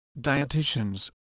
dieticians